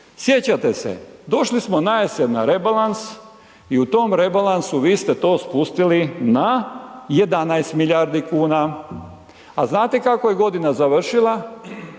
Sjećate se? Došli smo najesen na rebalans i u tom rebalansu vi ste to spustili na 11 milijardi kuna. A znate kako je godina završila,